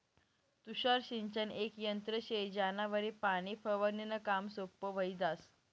तुषार सिंचन येक यंत्र शे ज्यानावरी पाणी फवारनीनं काम सोपं व्हयी जास